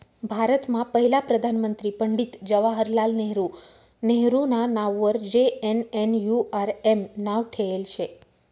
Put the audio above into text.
भारतमा पहिला प्रधानमंत्री पंडित जवाहरलाल नेहरू नेहरूना नाववर जे.एन.एन.यू.आर.एम नाव ठेयेल शे